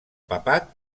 papat